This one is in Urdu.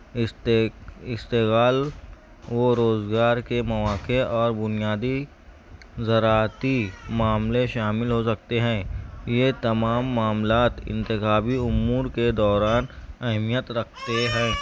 استے اشتغال وہ روزگار کے مواقع اور بنیادی زراعتی معاملے شامل ہو سکتے ہیں یہ تمام معاملات انتخابی امور کے دوران اہمیت رکھتے ہیں